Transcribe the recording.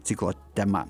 ciklo tema